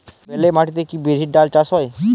বেলে মাটিতে কি বিরির ডাল চাষ সম্ভব?